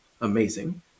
Amazing